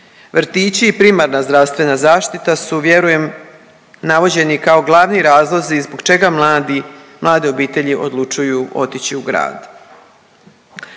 Vrtići i primarna zdravstvena zaštita su, vjerujem, navođeni kao glavni razlozi zbog čega mladi, mlade obitelji odlučuju otići u grad.